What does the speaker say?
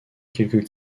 quelques